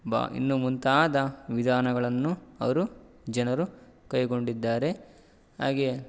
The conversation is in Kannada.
ಬಾ ಇನ್ನೂ ಮುಂತಾದ ವಿಧಾನಗಳನ್ನು ಅವರು ಜನರು ಕೈಗೊಂಡಿದ್ದಾರೆ ಹಾಗೇ